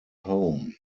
home